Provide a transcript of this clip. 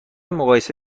مقایسه